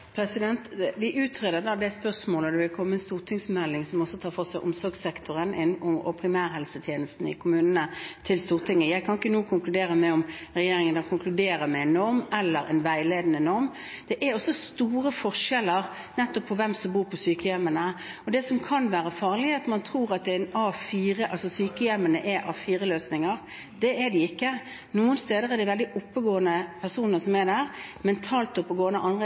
Vi utreder det spørsmålet, og det vil komme en stortingsmelding som også tar for seg omsorgssektoren og primærhelsetjenesten i kommunene. Jeg kan ikke nå konkludere med om regjeringen konkluderer med en norm eller en veiledende norm. Det er også store forskjeller nettopp på hvem som bor på sykehjemmene, og det som kan være farlig, er at man tror at sykehjemmene er A4-løsninger. Det er de ikke. Noen steder er det veldig oppegående personer som er der, mentalt oppegående, andre